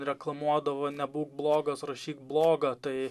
reklamuodavo nebūk blogas rašyk blogą tai